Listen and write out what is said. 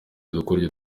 udukoryo